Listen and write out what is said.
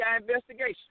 investigation